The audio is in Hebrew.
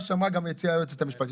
מה שהציעה גם היועצת המשפטית,